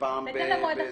בהתאם למועד החיוב.